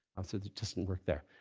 also it doesn't work there.